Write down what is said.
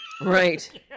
Right